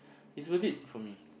is worth it for me